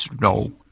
No